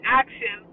action